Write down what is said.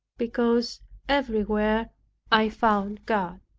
because everywhere i found god.